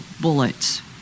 bullets